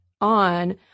on